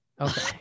Okay